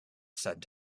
sent